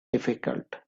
difficult